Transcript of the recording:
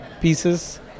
pieces